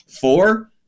Four